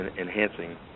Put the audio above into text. enhancing